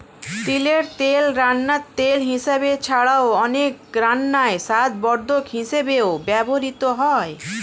তিলের তেল রান্নার তেল হিসাবে ছাড়াও, অনেক রান্নায় স্বাদবর্ধক হিসাবেও ব্যবহৃত হয়